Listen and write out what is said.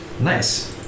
Nice